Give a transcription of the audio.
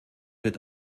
wird